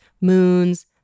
moons